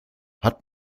hat